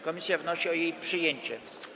Komisja wnosi o jej przyjęcie.